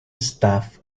staff